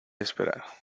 esperar